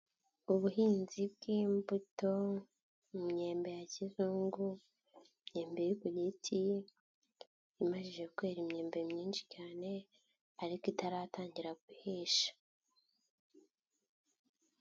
Ubuhinzi bw'Imbuto, imyembe ya kizungu, imyembe iri ku giti, imajije kwera imyambe myinshi cyane ariko itaratangira guhisha.